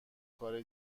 کار